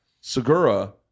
Segura